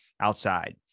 outside